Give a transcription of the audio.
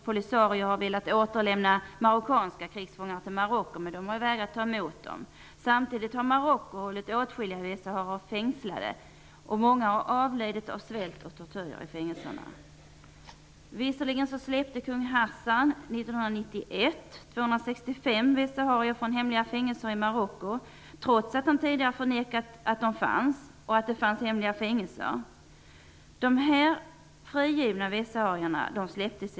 Polisario har velat återlämna marockanska krigsfångar till Marocko, som vägrat mottaga dem. Samtidigt har Marocko hållit åtskilliga västsaharier fängslade, varav många avlidit av svält och tortyr i fängelserna. Sommaren 1991 släppte kung Hassan 265 civila västsaharier från hemliga fängelser i Marocko. Kungen hade tidigare förnekat både fångarnas existens och existensen av hemliga fängelser.